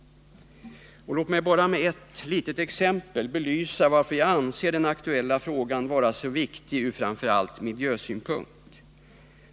Låt mig bara med ett exempel belysa varför jag anser den aktuella frågan vara så viktig, framför allt ur miljösynpunkt.